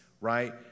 right